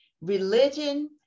religion